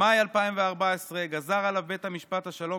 במאי 2014 גזר עליו בית המשפט השלום